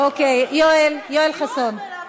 אוקיי, יואל חסון.